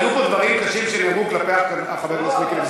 היו פה דברים קשים שנאמרו כלפי חברי הכנסת מיקי לוי.